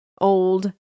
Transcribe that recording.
Old